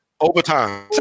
Overtime